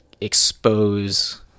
expose